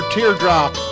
Teardrop